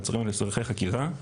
מעצרים לצורכי חקירה.